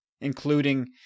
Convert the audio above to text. including